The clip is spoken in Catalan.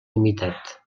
humitat